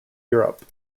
europe